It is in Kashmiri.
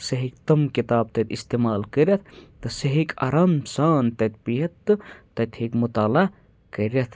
سُہ ہیٚکہِ تِم کِتاب تَتہِ استعمال کٔرِتھ تہٕ سُہ ہیٚکہِ آرام سان تَتہِ بِہتھ تہٕ تَتہِ ہیٚکہِ مُطالعہ کٔرِتھ